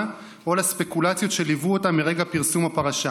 או לספקולציות שליוו אותה מרגע פרסום הפרשה.